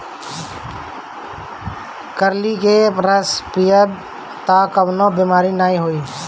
करइली के रस पीयब तअ कवनो बेमारी नाइ होई